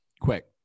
quick